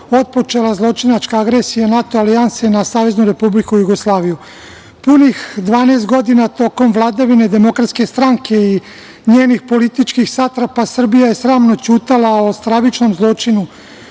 otpočela zločinačka agresija NATO alijanse na Saveznu Republiku Jugoslaviju. Punih dvanaest godina tokom vladavine demokratske stranke i njenih političkih satrapa, Srbija je sramno ćutala o stravičnom zločinu